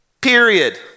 Period